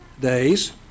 days